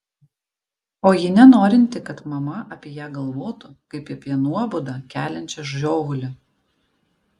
o ji nenorinti kad mama apie ją galvotų kaip apie nuobodą keliančią žiovulį